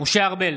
משה ארבל,